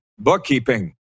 Bookkeeping